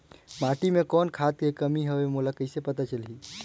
माटी मे कौन खाद के कमी हवे मोला कइसे पता चलही?